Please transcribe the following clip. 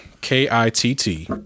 K-I-T-T